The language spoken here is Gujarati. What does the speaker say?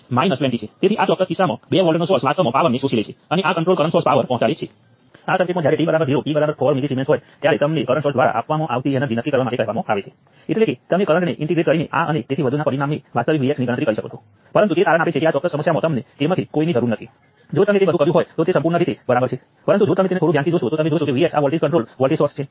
હવે આ એલિમેન્ટ શું છે સોર્સ વેક્ટરનું પ્રથમ એલિમેન્ટ તે નોડ 1 માં આપવામાં આવેલ કુલ ઈન્ડિપેન્ડેન્ટ કરંટ છે